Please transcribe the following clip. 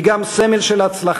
היא גם סמל של הצלחה,